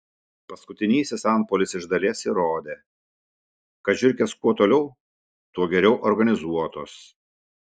paskutinysis antpuolis iš dalies įrodė kad žiurkės kuo toliau tuo geriau organizuotos